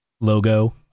logo